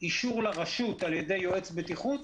אישור לרשות על ידי יועץ בטיחות